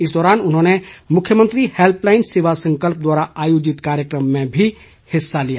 इस दौरान उन्होंने मुख्यमंत्री हैल्पलाईन सेवा संकल्प द्वारा आयोजित कार्यक्रम में भी हिस्सा लिया